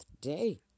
day